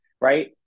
right